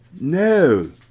No